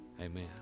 Amen